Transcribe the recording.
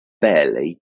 barely